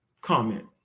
comment